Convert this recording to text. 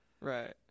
Right